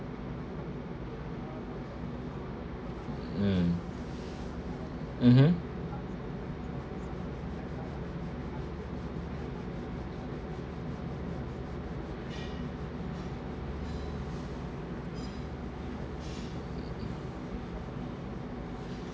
um mmhmm